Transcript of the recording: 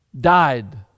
died